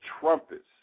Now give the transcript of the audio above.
trumpets